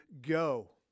go